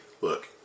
look